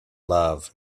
love